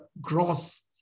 gross